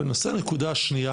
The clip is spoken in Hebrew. בנושא הדבר השני,